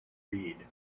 read